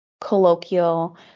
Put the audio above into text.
colloquial